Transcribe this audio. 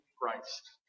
Christ